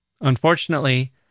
Unfortunately